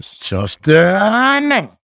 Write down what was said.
Justin